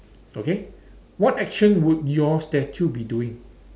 okay what action would your statue be doing